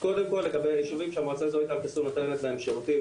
קודם כל לגבי הישובים שהמועצה האזורית אל-קסום נותנת להם שירותים,